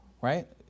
right